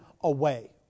away